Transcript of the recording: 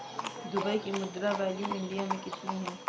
Dubai की मुद्रा value India मे कितनी है?